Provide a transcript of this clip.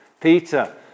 Peter